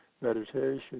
meditation